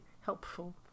helpful